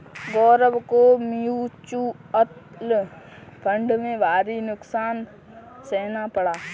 गौरव को mutual fund में भारी नुकसान सहना पड़ा